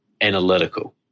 analytical